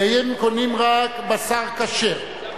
והם קונים רק בשר כשר,